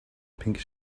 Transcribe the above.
pink